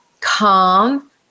calm